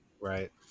Right